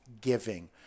giving